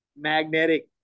magnetic